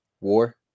War